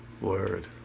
word